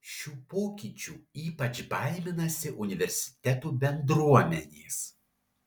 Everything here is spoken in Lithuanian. šių pokyčių ypač baiminasi universitetų bendruomenės